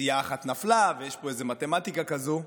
כי סיעה אחת נפלה ויש פה איזו מתמטיקה כזאת,